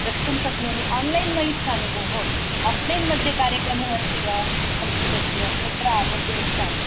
द्रष्टुं शक्नोमि आन्लैन् न इच्छामि भोः आ फ़्लैन् मध्ये कार्यक्रमो अस्ति वा संस्कृतस्य तत्र आगन्तुमिच्छामि